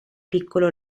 piccolo